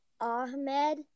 Ahmed